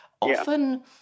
often